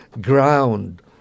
ground